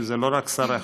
שזה לא רק שר אחד,